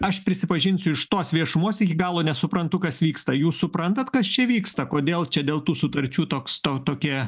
aš prisipažinsiu iš tos viešumos iki galo nesuprantu kas vyksta jūs suprantat kas čia vyksta kodėl čia dėl tų sutarčių toks to tokie